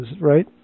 right